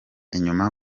inyuma